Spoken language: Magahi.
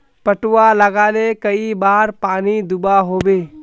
पटवा लगाले कई बार पानी दुबा होबे?